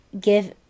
give